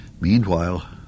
Meanwhile